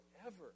forever